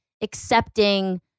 accepting